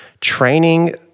training